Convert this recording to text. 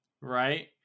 Right